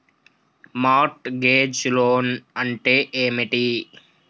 Mart gauge loan అంటే ఏమిటి?